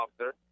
officer